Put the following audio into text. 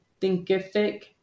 thinkific